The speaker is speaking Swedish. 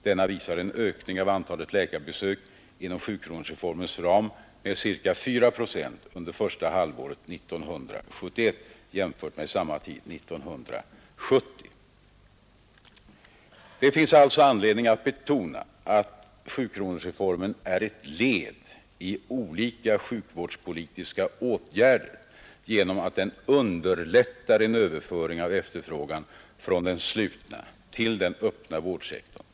Den visar en ökning av antalet läkarbesök inom sjukronorsreformen med cirka 4 procent under första halvåret 1971 jämfört med samma tid 1970. Det finns alltså anledning att betona att sjukronorsreformen är ett led i olika sjukvårdspolitiska åtgärder genom att den underlättar en överföring av efterfrågan från den slutna till den öppna vardsektorn.